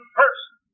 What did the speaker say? person